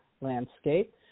landscape